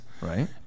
Right